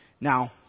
Now